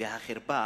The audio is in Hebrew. והחרפה